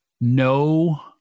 no